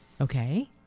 Okay